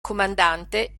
comandante